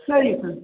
சரிங்க சார்